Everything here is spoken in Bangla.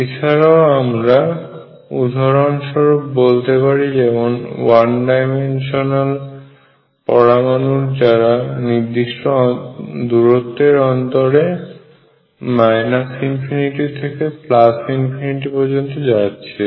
এছাড়াও আমরা উদাহরণস্বরূপ বলতে পারি যেমন ওয়ান ডাইমেনশনাল পরমাণুরা যারা নির্দিষ্ট দূরত্বের অন্তরে থেকে পর্যন্ত যাচ্ছে